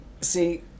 see